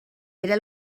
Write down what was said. era